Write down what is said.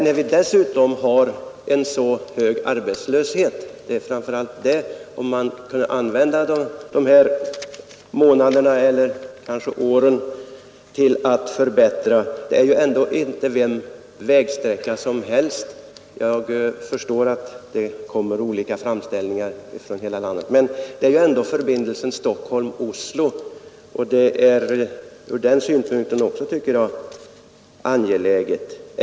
När vi dessutom har en så hög arbetslöshet vore det på sin plats, om man kunde använda de här månaderna, eller kanske åren, till en förbättring. Jag förstår att det kommer olika framställningar från hela landet, men det här är inte vilken vägsträcka som helst — det är ändå förbindelsen Stockholm—Oslo. Ur den synpunkten är det också, tycker jag, angeläget med en upprustning.